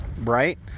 right